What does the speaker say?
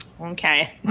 okay